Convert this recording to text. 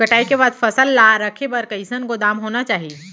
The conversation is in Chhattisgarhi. कटाई के बाद फसल ला रखे बर कईसन गोदाम होना चाही?